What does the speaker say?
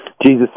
Jesus